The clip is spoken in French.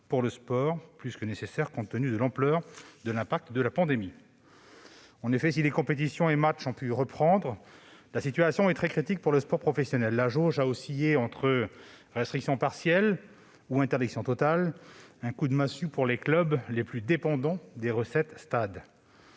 qui était plus que nécessaire compte tenu de l'ampleur de l'impact de la pandémie. En effet, si les compétitions et matchs ont pu reprendre, la situation est très critique pour le sport professionnel. La jauge a oscillé entre restriction partielle et interdiction totale : un coup de massue pour les clubs les plus dépendants des « recettes stade